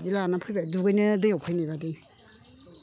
बिदिनो लाना फैबाय दुगैनो दैआव फैनाय बायदि